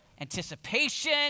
anticipation